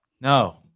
No